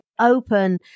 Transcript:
open